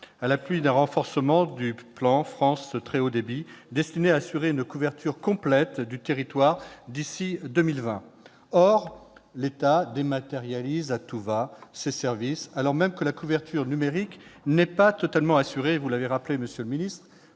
à l'appui d'un renforcement du plan France très haut débit, destiné à assurer une couverture complète du territoire d'ici à 2020. Or l'État dématérialise à tout-va ses services, alors même que la couverture numérique n'est pas totalement assurée. Vous l'avez vous-même rappelé, monsieur le secrétaire